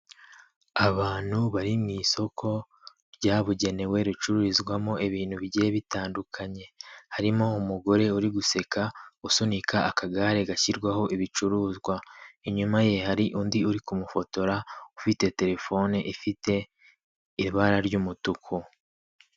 Abantu bari mu isoko ryabugenewe ricururizwamo ibintu bigiye bitandukanye harimo umugore uri guseka usunika akagare gashyirwaho ibicuruzwa inyuma ye hari undi uri kumufotora ufite telefone ifite ibara ry'umutuku.